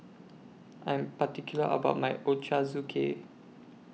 I'm particular about My Ochazuke